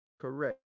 correct